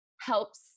helps